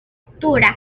partitura